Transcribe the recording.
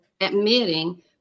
admitting